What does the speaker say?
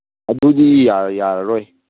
ꯑꯗꯨꯗꯤ ꯌꯥꯔꯔꯣꯏ